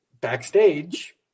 backstage